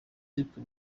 ariko